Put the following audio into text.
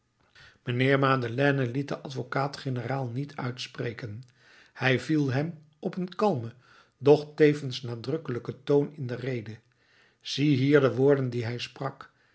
mijnheer madeleine liet den advocaat-generaal niet uitspreken hij viel hem op een kalmen doch tevens nadrukkelijken toon in de rede ziehier de woorden die hij sprak